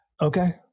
Okay